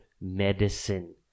medicine